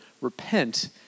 Repent